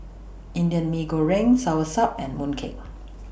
Indian Mee Goreng Soursop and Mooncake